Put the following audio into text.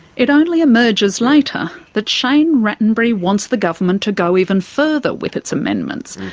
it only emerges later that shane rattenbury wants the government to go even further with its amendments.